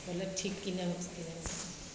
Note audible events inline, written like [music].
पहिले ठीक कि नहि हो सकलै [unintelligible]